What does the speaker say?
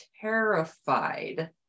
terrified